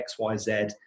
xyz